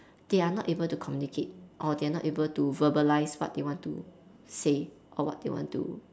they are not able to communicate or they are not able to verbalize what they want to say or what they want to